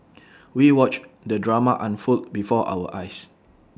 we watched the drama unfold before our eyes